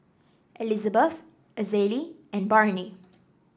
Elizabeth Azalee and Barnie